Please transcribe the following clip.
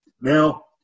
Now